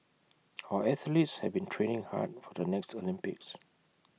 our athletes have been training hard for the next Olympics